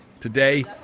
Today